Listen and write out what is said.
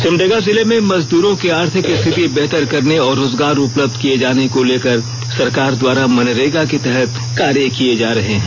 सिमडेगा जिले में मजदूरों की आर्थिक स्थिति बेहतर करने और रोजगार उपलब्ध किये जाने को लेकर सरकार द्वारा मनरेगा के तहत कार्य किये जा रहे हैं